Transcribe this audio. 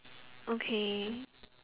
okay